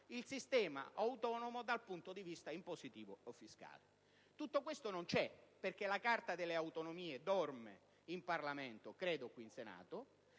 il sistema autonomo dal punto di vista impositivo o fiscale. Tutto questo non c'è, perché la Carta delle autonomie dorme in Parlamento - credo qui in Senato